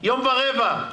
יום ורבע,